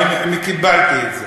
אני קיבלתי את זה.